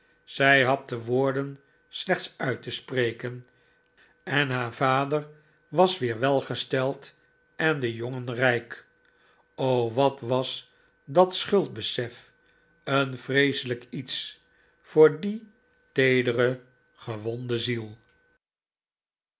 zij had de woorden slechts uit te spreken en haar vader was weer welgesteld en de jongen rijk o wat was dat schuldbesef een vreeselijk iets voor die teedere gewonde ziel